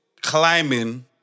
climbing